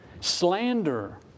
Slander